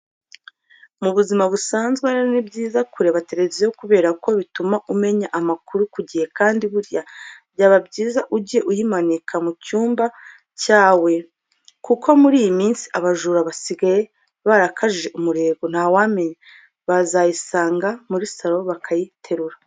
Mu buzima busanzwe rero ni byiza kureba televiziyo kubera ko bituma umenya amakuru ku gihe kandi buriya byaba byiza ugiye uyimanika mu cyumba cyawe kuko muri iyi minsi abajura basigaye barakajije umurego, ntawamenya bazayisanga muri saro bakayiterura.